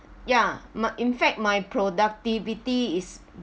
ya my in fact my productivity is